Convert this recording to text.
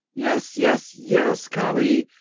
yes, yes, yes, colly.